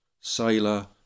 sailor